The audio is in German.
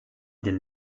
den